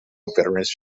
veterans